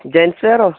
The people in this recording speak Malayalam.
ജെൻറ്റ്സ് വെയറോ